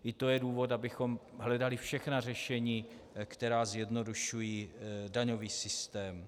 I to je důvod, abychom hledali všechna řešení, která zjednodušují daňový systém.